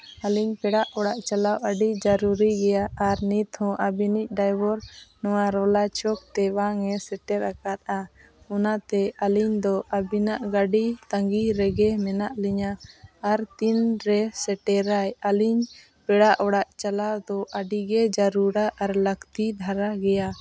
ᱟᱹᱞᱤᱧ ᱯᱮᱲᱟ ᱚᱲᱟᱜ ᱪᱟᱞᱟᱣ ᱟᱹᱰᱤ ᱡᱟᱹᱨᱩᱨᱤ ᱜᱮᱭᱟ ᱟᱨ ᱱᱤᱛ ᱦᱚᱸ ᱟᱹᱵᱤᱱᱤᱡ ᱰᱟᱭᱵᱚᱨ ᱱᱚᱣᱟ ᱨᱚᱞᱟᱨ ᱪᱚᱠ ᱛᱮ ᱵᱟᱝᱮ ᱥᱮᱴᱮᱨ ᱟᱠᱟᱫᱼᱟ ᱚᱱᱟᱛᱮ ᱟᱹᱞᱤᱧ ᱫᱚ ᱟᱹᱵᱤᱱᱟᱜ ᱜᱟᱹᱰᱤ ᱛᱟᱺᱜᱤ ᱨᱮᱜᱮ ᱢᱮᱱᱟᱜ ᱞᱤᱧᱟᱹ ᱟᱨ ᱛᱤᱱ ᱨᱮ ᱥᱮᱴᱮᱨᱟᱭ ᱟᱹᱞᱤᱧ ᱯᱮᱲᱟ ᱚᱲᱟᱜ ᱪᱟᱞᱟᱣ ᱫᱚ ᱟᱹᱰᱤ ᱜᱮ ᱡᱟᱹᱨᱩᱲᱟ ᱟᱨ ᱞᱟᱹᱠᱛᱤ ᱫᱷᱟᱨᱟ ᱜᱮᱭᱟ